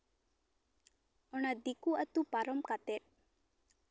ᱚᱱᱟ ᱫᱤᱠᱩ ᱟᱛᱳ ᱯᱟᱨᱚᱢ ᱠᱟᱛᱮᱜ